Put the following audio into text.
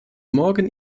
morgen